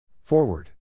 Forward